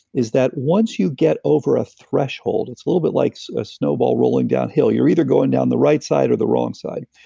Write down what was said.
is that once you get over a threshold, it's a little bit like so a snowball rolling downhill. you're either going down the right side, or the wrong side.